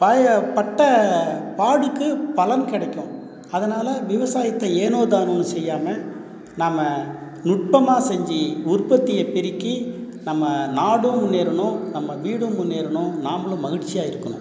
பாய பட்டப் பாட்டுக்கு பலன் கிடைக்கும் அதனால் விவசாயத்தை ஏனோ தானோன்னு செய்யாமல் நாம் நுட்பமாக செஞ்சு உற்பத்தியை பெருக்கி நம்ம நாடும் முன்னேறணும் நம்ம வீடும் முன்னேறணும் நாமளும் மகிழ்ச்சியாக இருக்கணும்